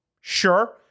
Sure